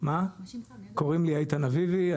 קוראים לי איתן אביבי,